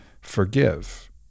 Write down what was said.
Forgive